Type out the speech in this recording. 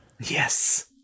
Yes